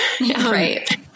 right